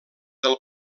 del